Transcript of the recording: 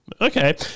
Okay